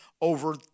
over